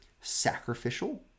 sacrificial